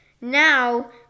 Now